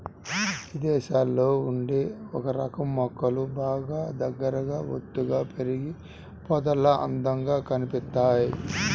ఇదేశాల్లో ఉండే ఒకరకం మొక్కలు బాగా దగ్గరగా ఒత్తుగా పెరిగి పొదల్లాగా అందంగా కనిపిత్తయ్